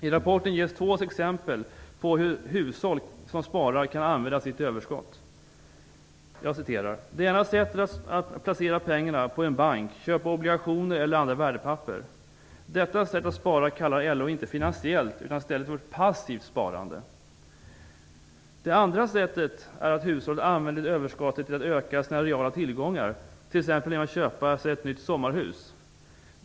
I rapporten ges två exempel på hur hushåll som sparar kan använda sitt överskott. "Det ena sättet är att placera pengarna på en bank, köpa obligationer eller andra värdepapper." Detta sätt att spara kallar LO inte för finansiellt utan i stället för passivt sparande. "Det andra sättet är att hushållet använder överskottet till att öka sina reala tillgångar, t ex genom att köpa sig ett nytt sommarhus."